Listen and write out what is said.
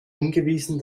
hingewiesen